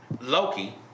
Loki